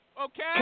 Okay